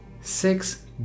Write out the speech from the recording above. six